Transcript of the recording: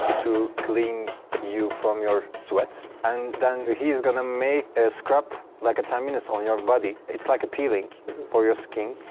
to clean you from your sweats. and then he is gonna make a scrub like ten minutes on your body. it's like a peeling for your skin.